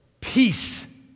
peace